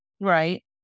right